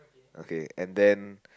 okay and then